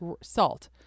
salt